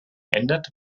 ändert